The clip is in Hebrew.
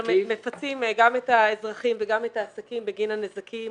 מפצים גם את האזרחים וגם את העסקים בגין הנזקים